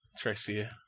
Tricia